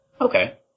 Okay